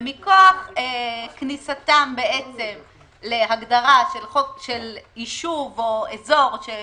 ומכוח כניסתם להגדרה של יישוב או אזור של